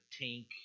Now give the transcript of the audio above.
tank